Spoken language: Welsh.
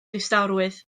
distawrwydd